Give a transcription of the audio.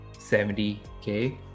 70k